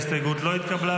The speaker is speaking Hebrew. ההסתייגות לא התקבלה.